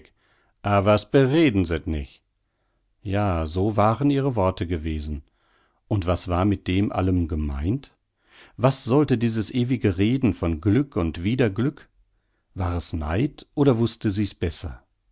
hradscheck awers bereden se't nich ja so waren ihre worte gewesen und was war mit dem allem gemeint was sollte dies ewige reden von glück und wieder glück war es neid oder wußte sie's besser